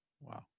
wow